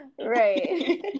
Right